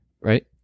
Right